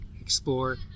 explore